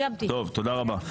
תודה רבה.